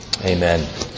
Amen